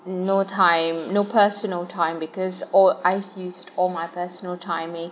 no time no personal time because all I've used all my personal time making